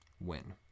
Win